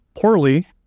poorly